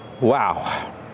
Wow